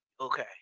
Okay